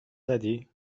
زدی